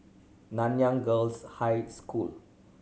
Nanyang Girls' High School